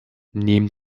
neben